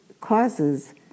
causes